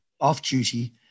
off-duty